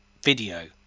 video